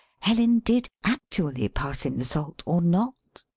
helen did actually pass him the salt, or not.